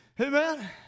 Amen